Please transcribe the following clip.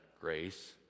grace